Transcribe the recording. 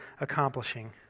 accomplishing